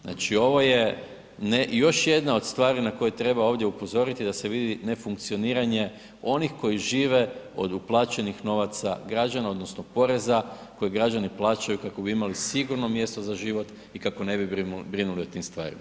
Znači ovo je još jedna od stvari na koju treba ovdje upozoriti da se vidi nefunkcioniranje onih koji žive od uplaćenih novaca građana odnosno poreza koje građani plaćaju kako bi imali sigurno mjesto za život i kako ne bi brinuli o tim stvarima.